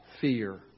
fear